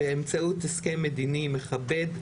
באמצעות הסכם מדיני מכבד,